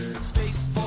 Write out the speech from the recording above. Space